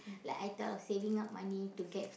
like I thought of saving up money to get